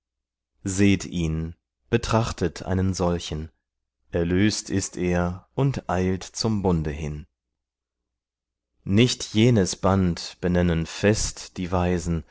seht ihn betrachtet einen solchen erlöst ist er und eilt zum bunde hin nicht jenes band benennen fest die weisen